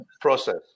process